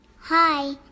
Hi